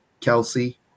Kelsey